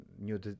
new